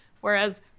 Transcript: whereas